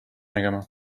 nägema